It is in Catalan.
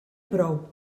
prou